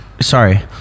sorry